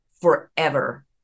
forever